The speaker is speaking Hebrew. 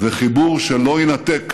וחיבור שלא יינתק